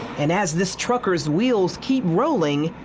and as this trucker's wheels keep rolling,